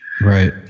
Right